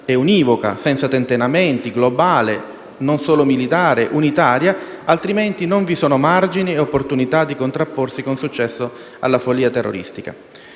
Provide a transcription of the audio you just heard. univoca, senza tentennamenti, globale, non solo militare, unitaria, o altrimenti non vi sono margini e opportunità di contrapporsi con successo alla follia terroristica.